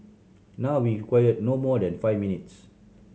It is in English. now we require no more than five minutes